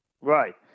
Right